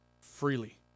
freely